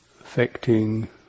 Affecting